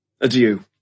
adieu